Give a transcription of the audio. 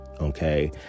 okay